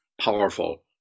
powerful